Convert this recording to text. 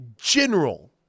general